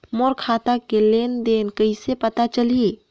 मोर खाता के लेन देन कइसे पता चलही?